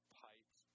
pipes